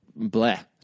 bleh